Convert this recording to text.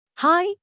Hi